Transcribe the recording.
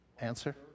answer